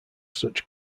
such